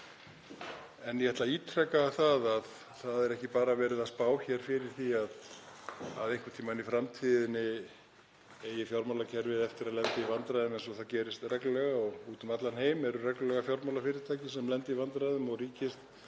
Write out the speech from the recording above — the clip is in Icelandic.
En ég ætla að ítreka það að það er ekki bara verið að spá því hér að einhvern tímann í framtíðinni eigi fjármálakerfið eftir að lenda í vandræðum eins og gerist reglulega — úti um allan heim eru fjármálafyrirtæki sem lenda reglulega í vandræðum og ríkið